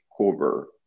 cover